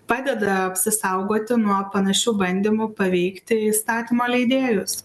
padeda apsisaugoti nuo panašių bandymų paveikti įstatymo leidėjus